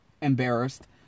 embarrassed